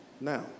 now